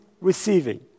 receiving